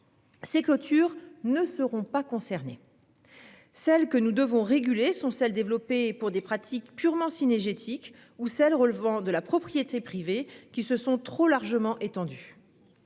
Ces clôtures ne seront pas concernées. Celles que nous devons réguler sont celles développées pour des pratiques purement cynégétique ou celles relevant de la propriété privée qui se sont trop largement étendu.